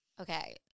Okay